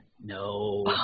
No